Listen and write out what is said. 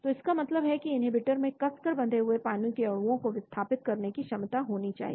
तो इसका मतलब है कि इन्हींबीटर में कसकर बंधे हुए पानी के अणुओं को विस्थापित करने की क्षमता होनी चाहिए